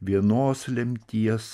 vienos lemties